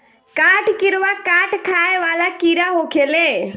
काठ किड़वा काठ खाए वाला कीड़ा होखेले